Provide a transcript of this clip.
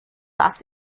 das